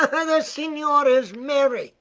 signor is merry